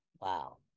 wow